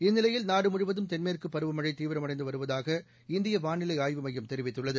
இந்நிலையில் நாடு முழுவதும் தென்மேற்கு பருவமழை தீவிரமடைந்து வருவதாக இந்திய வானிலை ஆய்வு மையம் தெரிவித்துள்ளது